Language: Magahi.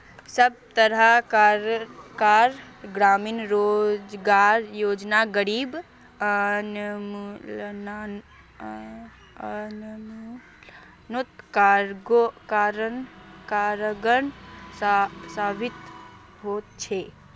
सब तरह कार ग्रामीण रोजगार योजना गरीबी उन्मुलानोत कारगर साबित होछे